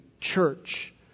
church